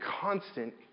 constant